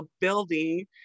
building